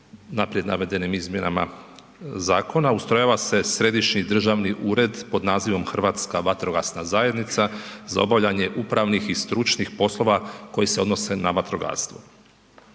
naprijed navedenim izmjenama zakona ustrojava se središnji državni ured pod nazivom Hrvatska vatrogasna zajednica za obavljanje upravnih i stručnih poslova koji se odnose na vatrogastvo.